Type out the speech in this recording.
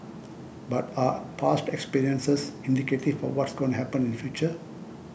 but are past experiences indicative for what's gonna happen in future